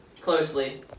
closely